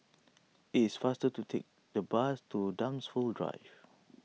it is faster to take the bus to Dunsfold Drive